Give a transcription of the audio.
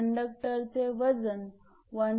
कंडक्टरचे वजन 1